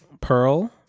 pearl